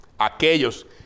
aquellos